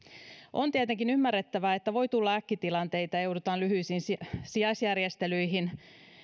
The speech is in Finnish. on tietenkin ymmärrettävää että voi tulla äkkitilanteita ja joudutaan lyhyisiin sijaisjärjestelyihin